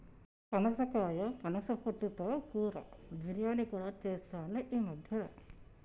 పనసకాయ పనస పొట్టు తో కూర, బిర్యానీ కూడా చెస్తాండ్లు ఈ మద్యన